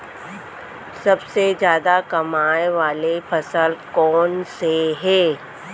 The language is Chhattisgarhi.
सबसे जादा कमाए वाले फसल कोन से हे?